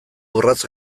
urrats